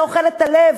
אתה אוכל את הלב,